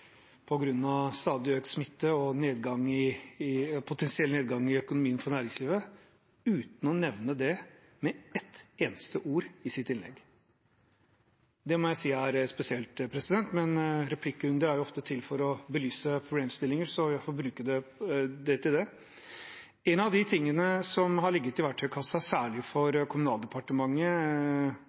av stadig økende smitte og potensiell nedgang i økonomien for næringslivet, ikke – så vidt vi hørte – nevnte det med et eneste ord i sitt innlegg. Det må jeg si er spesielt. Men replikkrunder er ofte til for å belyse problemstillinger, så jeg får bruke denne til det. En av de tingene som har ligget i verktøykassen for særlig Kommunaldepartementet